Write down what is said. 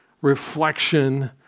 reflection